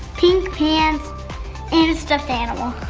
pink pants and a stuffed animal.